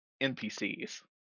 NPCs